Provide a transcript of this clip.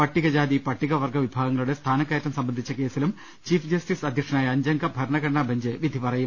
പട്ടികജാതി പട്ടിക വർഗ്ഗ വിഭാഗങ്ങളുടെ സ്ഥാന ക്കയറ്റം സംബന്ധിച്ച കേസിലും ചീഫ് ജസ്റ്റിസ് അധ്യക്ഷ നായ അഞ്ചംഗ ഭരണ്ഘടനാ ബഞ്ച് വിധി പറയും